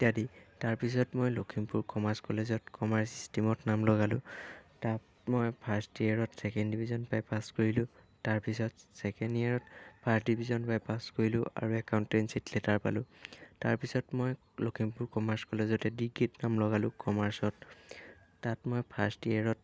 ইত্যাদি তাৰপিছত মই লক্ষীমপুৰ কমাৰ্চ কলেজত কমাৰ্চ ষ্ট্ৰীমত নাম লগালোঁ তাত মই ফাৰ্ষ্ট ইয়েৰত ছেকেণ্ড ডিভিজন পাই পাছ কৰিলোঁ তাৰপিছত ছেকেণ্ড ইয়েৰত ফাৰ্ষ্ট ডিভিজন পাই পাছ কৰিলোঁ আৰু একাউনটেঞ্চিত লেটাৰ পালোঁ তাৰপিছত মই লক্ষীমপুৰ কমাৰ্চ কলেজতে ডিগ্ৰীত নাম লগালোঁ কমাৰ্চত তাত মই ফাৰ্ষ্ট ইয়েৰত